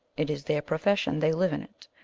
it is their profession they live in it.